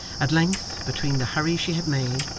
at length, between the hurry she had made,